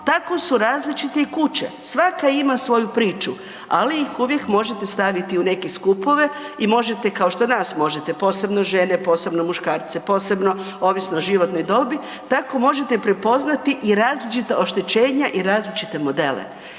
tako su različite i kuće svaka ima svoju priču ali ih uvijek možete staviti u neke skupove i možete kao što nas možete, posebno žene, posebno muškarce, posebno ovisno o životnoj dobi, tako možete prepoznati i različita oštećenja i različite modele.